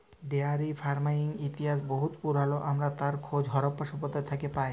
dairy ফারমিংয়ের ইতিহাস বহুত পুরাল আমরা তার খোঁজ হরপ্পা সভ্যতা থ্যাকে পায়